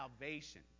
salvation